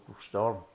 Storm